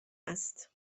است